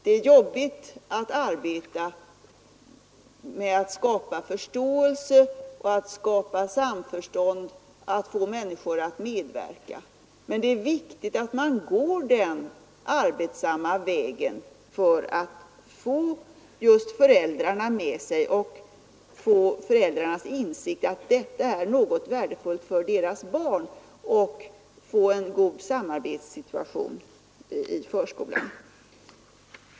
Det är arbetsamt att skapa förståelse och samförstånd och att få människor att medverka, men det är viktigt att man går denna mödosamma väg för att få just föräldrarna med sig och förmå dem att inse att detta är någonting värdefullt för deras barn. Vi bör försöka åstadkomma en god samarbetssituation i förskolan.